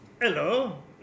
Hello